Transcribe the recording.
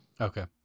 Okay